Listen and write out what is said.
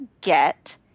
get